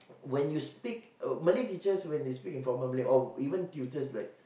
when you speak uh Malay teachers when they speak in formal Malay or even tutors like